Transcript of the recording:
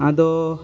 ᱟᱫᱚ